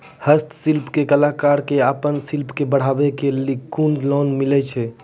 हस्तशिल्प के कलाकार कऽ आपन शिल्प के बढ़ावे के लेल कुन लोन मिलै छै?